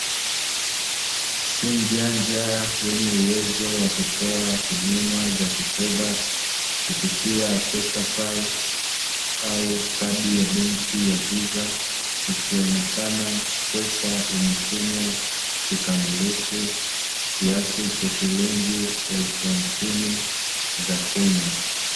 Simu janja yenye uwezo wa kutoa huduma za kifedha, kupita pesa pal au kadi ya benki ya viza, ikionekana pesa imetumwa kikamilifu kiasi cha shilingi elfu hamsinini za kenya.